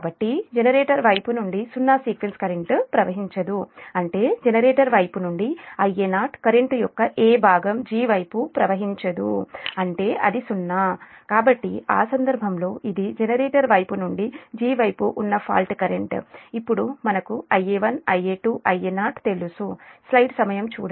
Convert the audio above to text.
కాబట్టి జనరేటర్ వైపు నుండి సున్నా సీక్వెన్స్ కరెంట్ ప్రవహించదు అంటే జనరేటర్ వైపు నుండి Ia0 కరెంట్ యొక్క ఏ భాగం g వైపు ప్రవహించదు అంటే అది 0 కాబట్టి ఆ సందర్భంలో ఇది జనరేటర్ నుండి g వైపు ఉన్న ఫాల్ట్ కరెంట్ ఇప్పుడు మనకు Ia1 Ia2 Ia0 తెలుసు